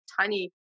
tiny